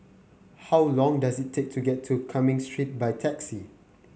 how long does it take to get to Cumming Street by taxi